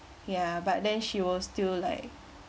ya but then she will still like